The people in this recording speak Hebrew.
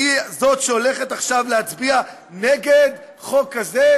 והיא זאת שהולכת עכשיו להצביע נגד חוק כזה?